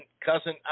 cousin